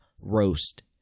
roast